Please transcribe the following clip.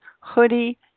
Hoodie